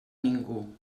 ningú